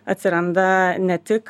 atsiranda ne tik